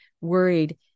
worried